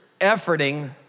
efforting